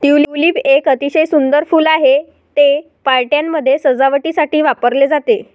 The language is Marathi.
ट्यूलिप एक अतिशय सुंदर फूल आहे, ते पार्ट्यांमध्ये सजावटीसाठी वापरले जाते